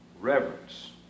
reverence